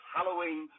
Halloween